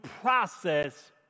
process